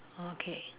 okay